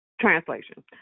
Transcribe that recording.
Translation